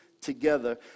together